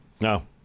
No